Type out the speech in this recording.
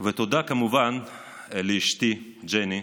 ותודה כמובן לאשתי ג'ני,